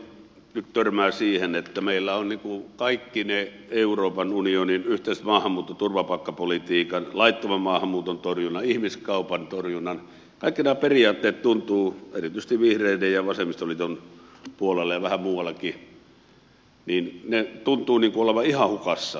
jatkuvasti nyt törmää siihen että meillä kaikki ne euroopan unionin yhteiset maahanmuutto ja turvapaikkapolitiikan laittoman maahanmuuton torjunnan ihmiskaupan torjunnan periaatteet tuntuvat erityisesti vihreiden ja vasemmistoliiton puolella ja vähän muuallakin olevan ihan hukassa